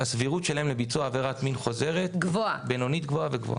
הסבירות שלהם לביצוע עבירת מין חוזרת היא בינונית-גבוהה וגבוהה.